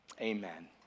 Amen